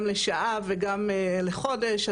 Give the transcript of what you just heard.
גם לשעה וגם לחודש.